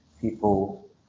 people